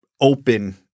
open